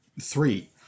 three